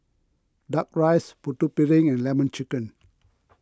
Duck Rice Putu Piring and Lemon Chicken